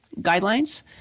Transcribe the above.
guidelines